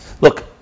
Look